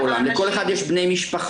לכל אחד יש בני משפחה,